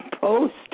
post